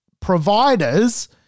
Providers